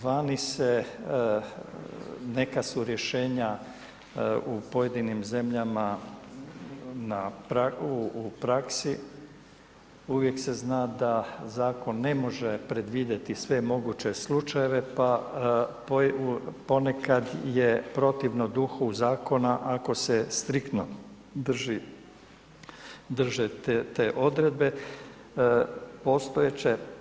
Vani su, neka su rješenja u pojedinim zemljama u praksi, uvijek se zna da zakon ne može predvidjeti sve moguće slučajeve, pa ponekad je protivno duhu zakona ako se striktno drže te odredbe postojeće.